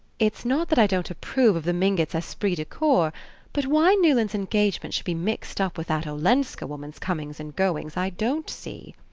it's not that i don't approve of the mingotts' esprit de corps but why newland's engagement should be mixed up with that olenska woman's comings and goings i don't see,